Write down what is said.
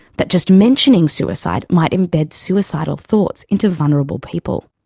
that just mentioning suicide might embed suicidal thoughts into vulnerable people.